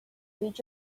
read